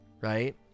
right